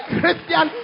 Christian